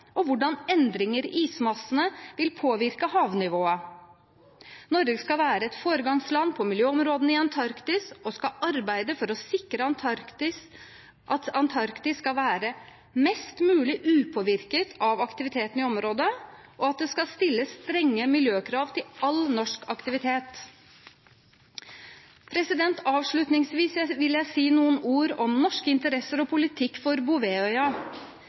og om hvordan endringer i ismassene vil påvirke havnivået. Norge skal være et foregangsland på miljøområdet i Antarktis, og skal arbeide for å sikre at Antarktis skal være mest mulig upåvirket av aktiviteten i området, og at det skal stilles strenge miljøkrav til all norsk aktivitet. Avslutningsvis vil jeg si noen ord om norske interesser og politikk for